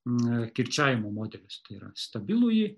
kirčiavimo modelius tai yra stabilųjį